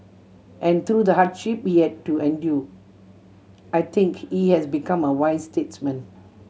and through the hardship he had to endure I think he has become a wise statesman